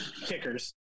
kickers